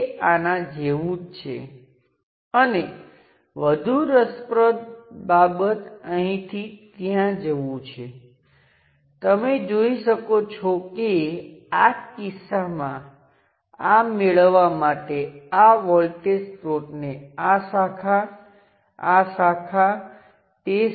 તેથી Thevenin theorem કહે છે કે સ્વતંત્ર સ્ત્રોત સાથેની કોઈપણ સર્કિટ એટ્લે કે સ્વતંત્ર વોલ્ટેજ સ્ત્રોત અથવા કરંટ સ્ત્રોત તથા રેઝિસ્ટર અને નિયંત્રિત સ્ત્રોત જેવા રેખીય ઘટકોને બે ટર્મિનલ પર મોડેલ કરી શકાય છે